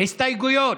לפני סעיף 1